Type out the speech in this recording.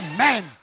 Amen